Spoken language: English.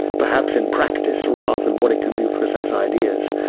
perhaps in practice rather than what it can do for us as ideas,